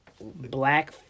Black